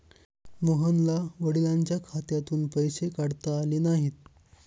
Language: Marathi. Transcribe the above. मोहनला वडिलांच्या खात्यातून पैसे काढता आले नाहीत